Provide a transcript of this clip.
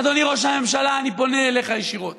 אדוני ראש הממשלה, אני פונה אליך ישירות,